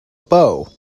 bow